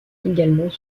également